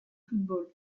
football